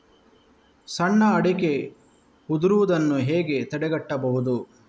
ಸಣ್ಣ ಅಡಿಕೆ ಉದುರುದನ್ನು ಹೇಗೆ ತಡೆಗಟ್ಟಬಹುದು?